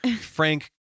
Frank